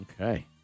Okay